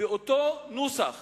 באותו נוסח